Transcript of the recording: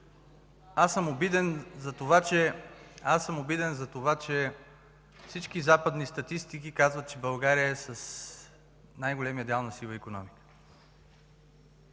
Аз съм обиден за това, че всички западни статистики казват, че България е с най-големия дял на сива икономика.